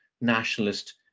nationalist